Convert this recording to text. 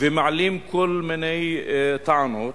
ומעלים כל מיני טענות,